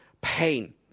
pain